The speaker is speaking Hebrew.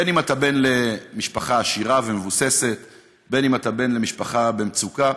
בין שאתה בן למשפחה עשירה ומבוססת בין שאתה בן למשפחה במצוקה.